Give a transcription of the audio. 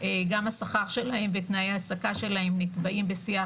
גם השכר שלהם ותנאי ההעסקה שלהם נקבעים בשיח